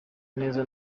neza